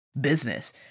business